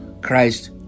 christ